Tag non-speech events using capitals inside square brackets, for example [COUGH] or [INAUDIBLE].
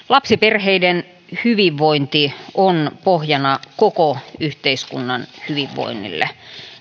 [UNINTELLIGIBLE] lapsiperheiden hyvinvointi on pohjana koko yhteiskunnan hyvinvoinnille